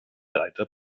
breiter